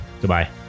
goodbye